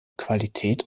qualität